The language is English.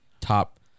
top